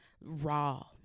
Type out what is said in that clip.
raw